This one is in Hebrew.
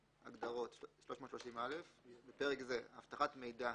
הגדרות 330א. בפרק זה, "אבטחת מידע"